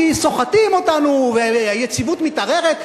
כי סוחטים אותנו והיציבות מתערערת,